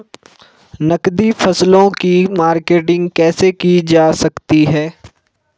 नकदी फसलों की मार्केटिंग कैसे की जा सकती है?